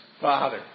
father